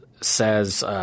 says